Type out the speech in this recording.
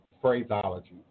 phraseology